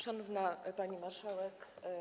Szanowna Pani Marszałek!